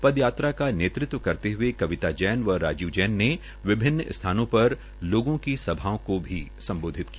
पद यात्रा का नेतृत्व करते हए कविता जैन व राजीव जैन ने विभिन्न स्थानों पर लोगों की सभाओं को भी सम्बोधित किया